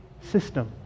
system